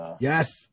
Yes